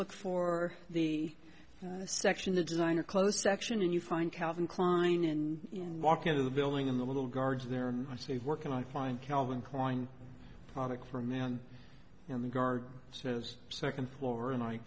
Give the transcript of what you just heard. look for the section the designer clothes section and you find calvin klein and in walk into the building in the little guards there and i say work and i find calvin klein product for men in the guard says second floor and i